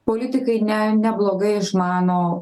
politikai ne neblogai išmano